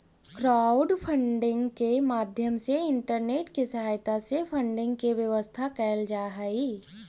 crowdfunding के माध्यम से इंटरनेट के सहायता से फंडिंग के व्यवस्था कैल जा हई